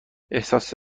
احساس